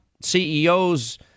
CEOs